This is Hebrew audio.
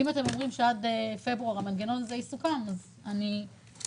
אם אתם אומרים שעד פברואר המנגנון הזה יסוכם אז אני מאמינה,